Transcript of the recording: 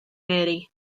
mary